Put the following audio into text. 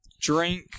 drink